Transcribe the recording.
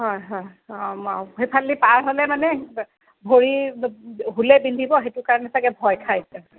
হয় হয় অঁ সেইফালদি পাৰ হ'লে মানে ভৰিত শূলে বিন্ধিব সেইটো কাৰণে ছাগৈ ভয় খায়